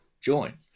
join